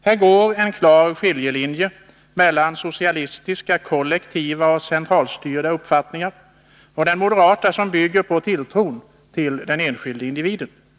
Här går en klar skiljelinje mellan den socialistiska, kollektivistiska och centralstyrda uppfattningen å ena sidan och den moderata, som bygger på tilltron till den enskilde individen, å andra sidan.